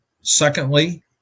Secondly